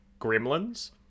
gremlins